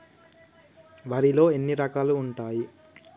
వరిలో ఎన్ని రకాలు ఉంటాయి?